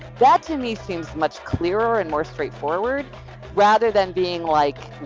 that to me seems much clearer and more straightforward rather than being like,